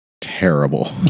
terrible